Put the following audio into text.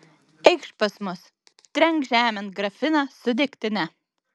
eikš pas mus trenk žemėn grafiną su degtine